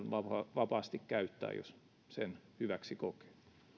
vapaasti käyttää jos sen hyväksi kokee